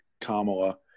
Kamala